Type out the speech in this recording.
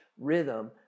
rhythm